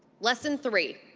lesson three,